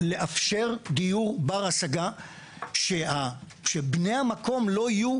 לאפשר דיור בר השגה שבני המקום לא יהיו